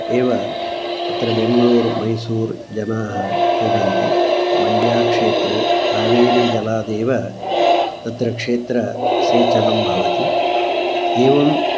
एव अत्र बेङ्गळूर् मैसूर् जनाः पिबन्ति मण्ड्याक्षेत्रे कावेरीजलादेव तत्र क्षेत्र सेचनं भवति एवम्